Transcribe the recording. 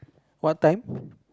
what time